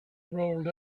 rolled